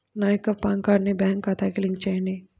నా యొక్క పాన్ కార్డ్ని నా బ్యాంక్ ఖాతాకి లింక్ చెయ్యండి?